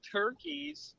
turkey's